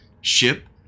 ship